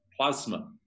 plasma